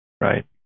Right